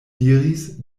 diris